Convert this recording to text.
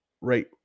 right